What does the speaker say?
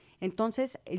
Entonces